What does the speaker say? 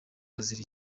bazira